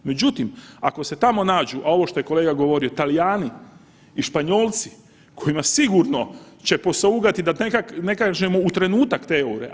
Međutim, ako se tamo nađu, a ovo što je kolega govorio, Talijani i Španjolci kojima sigurno će posaugati da ne kažem u trenutak te EUR-e.